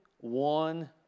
one